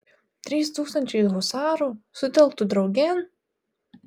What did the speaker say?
trys tūkstančiai husarų sutelktų draugėn